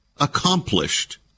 accomplished